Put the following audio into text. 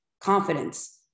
confidence